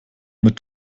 mit